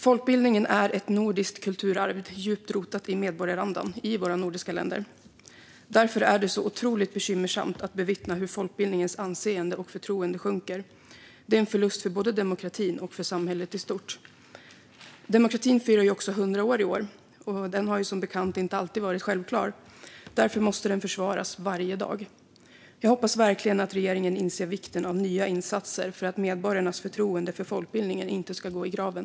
Folkbildningen är ett nordiskt kulturarv, djupt rotat i medborgarandan i våra nordiska länder. Därför är det otroligt bekymmersamt att bevittna hur folkbildningens anseende och förtroende sjunker. Det är en förlust för både demokratin och samhället i stort. Demokratin firar ju också 100 år i år, och den har som bekant inte alltid varit självklar. Därför måste den försvaras varje dag. Jag hoppas verkligen att regeringen inser vikten av nya insatser för att medborgarnas förtroende för folkbildningen inte ska gå i graven.